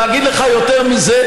אגיד לך יותר מזה.